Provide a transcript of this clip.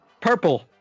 Purple